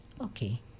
okay